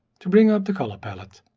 to bring up the color palette.